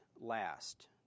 last